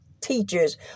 teachers